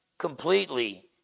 completely